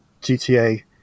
GTA